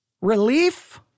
Relief